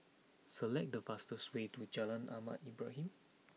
select the fastest way to Jalan Ahmad Ibrahim